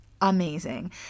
amazing